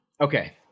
Okay